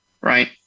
right